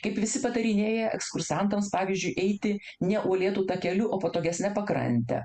kaip visi patarinėja ekskursantams pavyzdžiui eiti ne uolėtu takeliu o patogesne pakrante